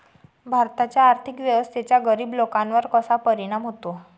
भारताच्या आर्थिक व्यवस्थेचा गरीब लोकांवर कसा परिणाम होतो?